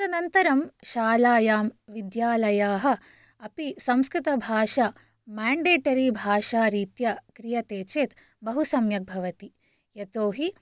तदनन्तरं शालायां विद्यालयाः अपि संस्कृतभाषा मेण्डेटरी भाषारीत्या क्रियते चेत् बहु सम्यक् भवति यतोहि